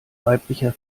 weiblicher